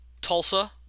Tulsa